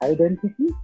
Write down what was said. Identity